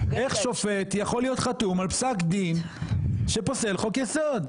איך שופט יכול להיות חתום על פסק דין שפוסל חוק יסוד?